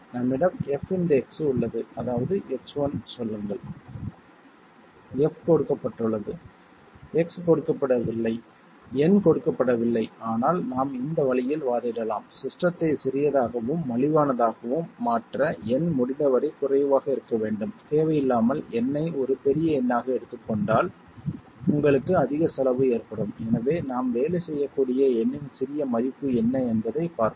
நம்மிடம் f × X உள்ளது அதாவது X1 சொல்லுங்கள் f கொடுக்கப்பட்டுள்ளது X கொடுக்கப்படவில்லை n கொடுக்கப்படவில்லை ஆனால் நாம் இந்த வழியில் வாதிடலாம் சிஸ்டத்தை சிறியதாகவும் மலிவானதாகவும் மாற்ற n முடிந்தவரை குறைவாக இருக்க வேண்டும் தேவையில்லாமல் n ஐ ஒரு பெரிய எண்ணாக எடுத்துக் கொண்டால் உங்களுக்கு அதிக செலவு ஏற்படும் எனவே நாம் வேலை செய்யக்கூடிய n இன் சிறிய மதிப்பு என்ன என்பதைப் பார்ப்போம்